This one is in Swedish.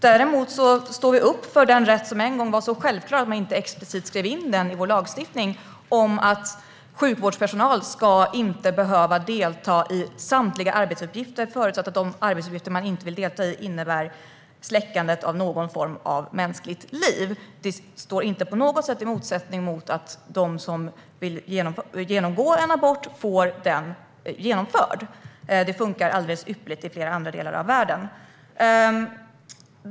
Däremot står vi upp för den rätt som en gång var så självklar att man inte explicit skrev in den i vår lagstiftning om att sjukvårdspersonal inte ska behöva delta i samtliga arbetsuppgifter förutsatt att de arbetsuppgifter de inte vill delta i innebär släckandet av någon form av mänskligt liv. Det står inte på något sätt i motsättning till att de som vill genomgå en abort får den genomförd. Det fungerar alldeles ypperligt i flera andra delar av världen.